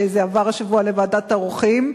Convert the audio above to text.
שזה עבר השבוע לוועדת העורכים.